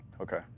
Okay